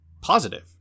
positive